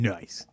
Nice